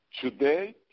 Today